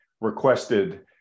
requested